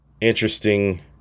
interesting